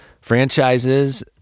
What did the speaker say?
franchises